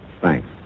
Thanks